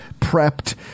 prepped